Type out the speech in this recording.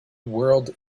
whirled